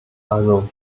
also